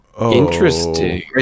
interesting